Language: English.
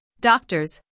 doctors